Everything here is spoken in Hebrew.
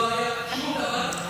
לא היה שום דבר.